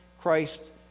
Christ